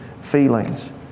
feelings